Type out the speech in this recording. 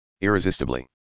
Irresistibly